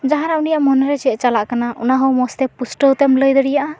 ᱡᱟᱦᱟᱸ ᱨᱮ ᱩᱱᱤᱭᱟᱜ ᱢᱚᱱᱮᱨᱮ ᱪᱮᱫ ᱪᱟᱞᱟᱜ ᱠᱟᱱᱟ ᱚᱱᱟ ᱦᱚᱸ ᱢᱚᱡ ᱛᱮ ᱯᱩᱥᱴᱟᱹᱣ ᱛᱮᱢ ᱞᱟᱹᱭ ᱫᱟᱲᱮᱭᱟᱜᱼᱟ